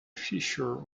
fissure